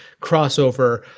crossover